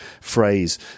phrase